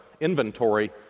inventory